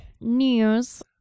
News